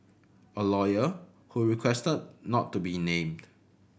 a lawyer who requested not to be named